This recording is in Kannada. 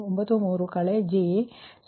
04619 ಹೀಗೆ ಸಿಗುತ್ತದೆ